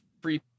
free